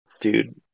dude